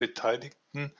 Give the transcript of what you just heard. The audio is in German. beteiligten